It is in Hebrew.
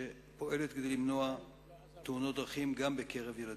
שפועלת כדי למנוע תאונות דרכים גם בקרב ילדים,